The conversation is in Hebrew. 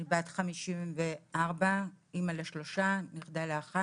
אני בת 54, אמא לשלושה, סבתא לאחת.